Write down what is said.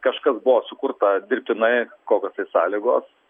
kažkas buvo sukurta dirbtinai kokios tai sąlygos